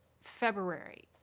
February